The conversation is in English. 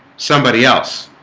somebody else